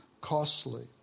costly